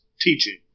teaching